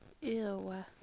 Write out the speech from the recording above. Ew